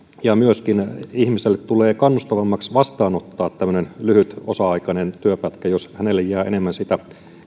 ihmiselle tulee myöskin kannustavammaksi vastaanottaa tämmöinen lyhyt osa aikainen työpätkä jos hänelle jää enemmän siitä